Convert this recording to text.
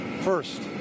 First